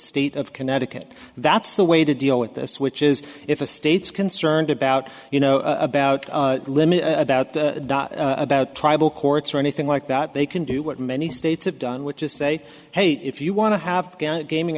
state of connecticut that's the way to deal with this which is if a state's concerned about you know about limits about about tribal courts or anything like that they can do what many states have done which is say hate if you want to have gaming